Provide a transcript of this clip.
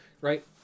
right